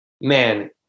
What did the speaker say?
man